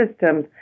systems